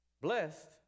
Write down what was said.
blessed